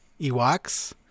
Ewoks